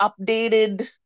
updated